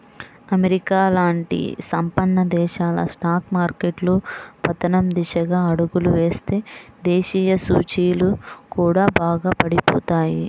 America లాంటి సంపన్న దేశాల స్టాక్ మార్కెట్లు పతనం దిశగా అడుగులు వేస్తే దేశీయ సూచీలు కూడా బాగా పడిపోతాయి